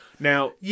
Now